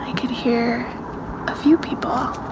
i can hear a few people.